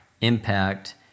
impact